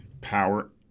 power